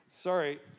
Sorry